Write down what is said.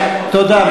מה זה, תודה.